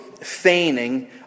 feigning